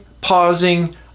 pausing